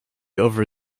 over